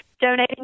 Donating